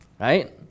right